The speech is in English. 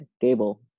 Gable